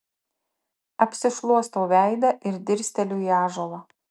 apsišluostau veidą ir dirsteliu į ąžuolą